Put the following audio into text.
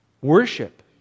Worship